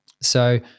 So-